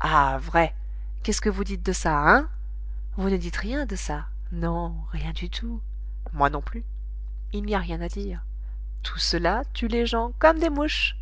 ah vrai qu'est-ce que vous dites de ça hein vous ne dites rien de ça non rien du tout moi non plus il n'y a rien à dire tout cela tue les gens comme des mouches